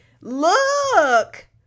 Look